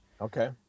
Okay